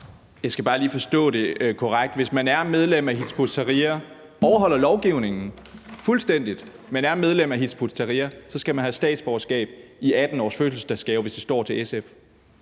Jeg skal bare lige forstå det korrekt: Hvis man er medlem af Hizb ut-Tahrir, overholder lovgivningen fuldstændig, men er medlem af Hizb ut-Tahrir, så skal man have statsborgerskab i 18-årsfødselsdagsgave, hvis det står til SF?